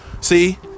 See